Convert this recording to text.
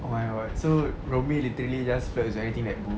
oh my god so rumi literally just splurge everything that moves